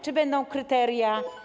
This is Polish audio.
Czy będą kryteria?